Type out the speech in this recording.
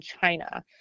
China